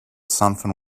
something